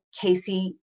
Casey